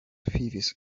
thieves